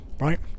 right